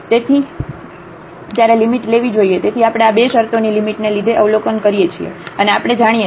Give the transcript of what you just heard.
તેથી ત્યારે લિમિટ લેવી જોઈએ તેથી આપણે આ 2 શરતોની લિમિટને લીધે અવલોકન કરીએ છીએ અને આપણે જાણીએ છીએ